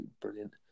brilliant